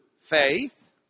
faith